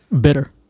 Bitter